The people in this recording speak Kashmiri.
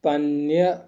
پننہِ